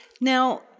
Now